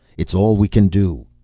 it's all we can do!